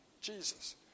Jesus